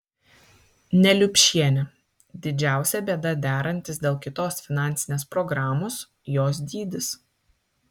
neliupšienė didžiausia bėda derantis dėl kitos finansinės programos jos dydis